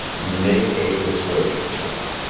make a persuasion check.